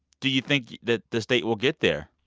do you think that the state will get there?